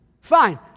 Fine